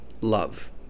love